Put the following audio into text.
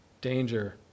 danger